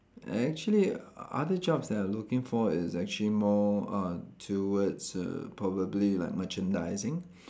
actually other jobs that I looking for is actually more uh towards err probably like merchandising